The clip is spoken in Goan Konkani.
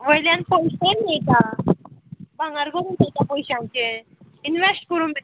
वयल्यान पयशेन मेयटा भांगर घेवन पयता पयशांचे इनवेस्ट करून पय